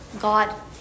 God